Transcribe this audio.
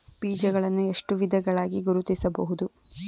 ಬೀಜಗಳನ್ನು ಎಷ್ಟು ವಿಧಗಳಾಗಿ ಗುರುತಿಸಬಹುದು?